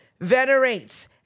venerates